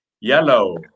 yellow